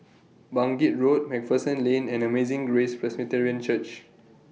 Bangkit Road MacPherson Lane and Amazing Grace Presbyterian Church